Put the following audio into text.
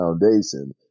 foundation